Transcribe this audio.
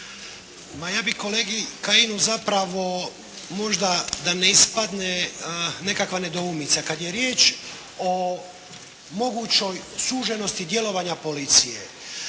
ja bih kolegi Kajinu zapravo možda da ne ispadne nekakva nedoumica. Kad je riječ o mogućoj suženosti djelovanja policija